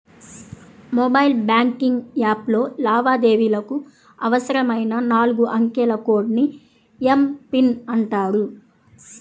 mobile banking యాప్లో లావాదేవీలకు అవసరమైన నాలుగు అంకెల కోడ్ ని ఎమ్.పిన్ అంటారు